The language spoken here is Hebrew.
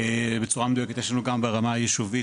בצורה מדויקת יש לנו גם ברמה יישובית,